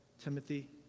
Timothy